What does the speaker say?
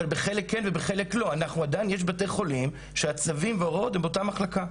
אבל עדיין יש בתי חולים שהצווים וההוראות הם באותה מחלקה.